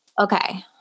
Okay